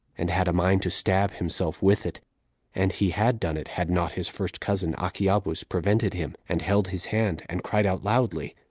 and had a mind to stab himself with it and he had done it, had not his first cousin, achiabus, prevented him, and held his hand, and cried out loudly.